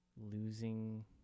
losing